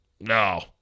no